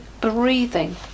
breathing